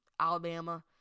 Alabama